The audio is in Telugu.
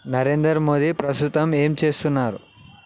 నరేందర్ మోదీ ప్రస్తుతం ఏం చేస్తున్నారు